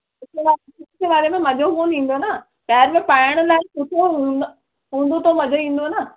simple simple वारे में मजो कोन्ह ईंदो न त हल पाइण लाइ सुठो हूंदो हूंदो त मजो ईंदो न